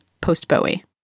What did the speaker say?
post-Bowie